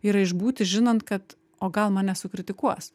yra išbūti žinant kad o gal mane sukritikuos